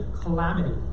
calamity